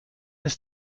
ist